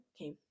okay